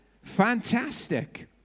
Fantastic